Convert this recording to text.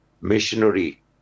missionary